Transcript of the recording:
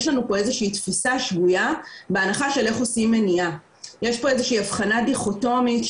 היה פה דיון עד ממש שתי דקות לפני שהדיון הזה התחיל.